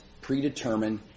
predetermined